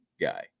guy